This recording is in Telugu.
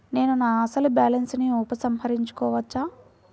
నేను నా అసలు బాలన్స్ ని ఉపసంహరించుకోవచ్చా?